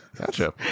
gotcha